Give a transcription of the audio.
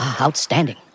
Outstanding